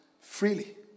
freely